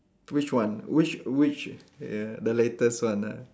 which one which which ya the latest one ah